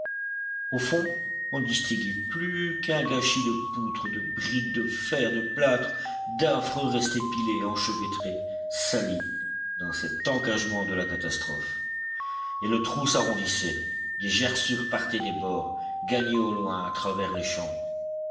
au fond on ne distinguait plus qu'un gâchis de poutres de briques de fer de plâtre d'affreux restes pilés enchevêtrés salis dans cet enragement de la catastrophe et le trou s'arrondissait des gerçures partaient des bords gagnaient au loin à travers les champs